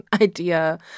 idea